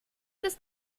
das